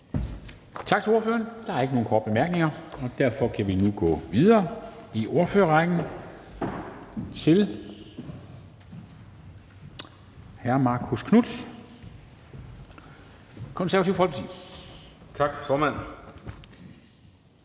Tak til ordføreren. Der er ikke nogen korte bemærkninger. Derfor kan vi nu gå videre i ordførerrækken til hr. Marcus Knuth, Det Konservative Folkeparti.